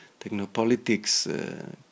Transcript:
technopolitics